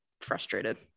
frustrated